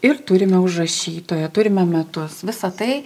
ir turime užrašytoją turime metus visa tai